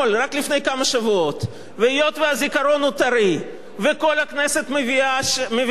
והיות שהזיכרון הוא טרי וכל הכנסת מבינה שהיה יכול לקרות הפוך ושאול